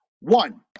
One